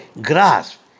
grasp